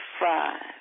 five